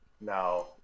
No